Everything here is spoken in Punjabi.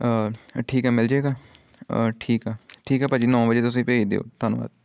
ਠੀਕ ਹੈ ਮਿਲ ਜਾਏਗਾ ਠੀਕ ਆ ਠੀਕ ਆ ਭਾਅ ਜੀ ਨੌ ਵਜੇ ਤੁਸੀਂ ਭੇਜ ਦਿਓ ਧੰਨਵਾਦ